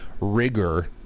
rigor